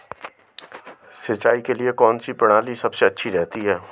सिंचाई के लिए कौनसी प्रणाली सबसे अच्छी रहती है?